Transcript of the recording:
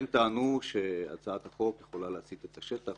הם טענו שהצעת החוק יכולה להצית את השטח,